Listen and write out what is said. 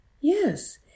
Yes